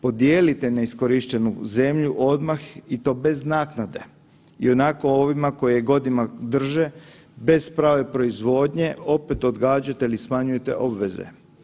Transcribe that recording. Podijelite neiskorištenu zemlju odmah i to bez naknade ionako ovima koji je godinama drže bez prave proizvodnje opet odgađate ili smanjujete obveze.